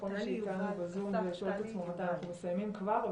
לכל מי שאיתנו בזום ושואל את עצמו מתי אנחנו מסיימים כבר,